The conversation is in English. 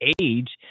age